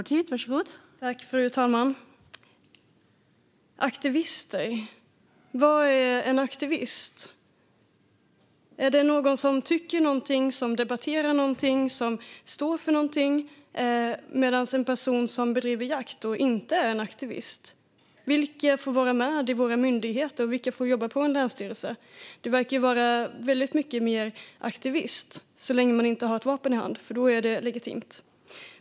Fru talman! Vad är en aktivist? Är det någon som tycker någonting, som debatterar någonting, som står för någonting, medan en person som bedriver jakt inte är en aktivist? Vilka får vara med i våra myndigheter, och vilka får jobba i en länsstyrelse? Det verkar vara mycket mer av en aktivist, så länge man inte har ett vapen i hand, eftersom det då är legitimt.